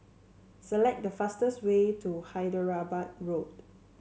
select the fastest way to Hyderabad Road